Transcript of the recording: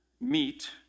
meet